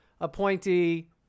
appointee